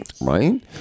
right